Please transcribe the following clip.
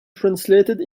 translated